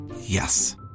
Yes